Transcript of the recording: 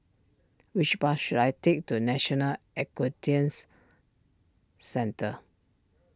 which bus should I take to National a quest Tian's Centre